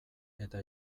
eta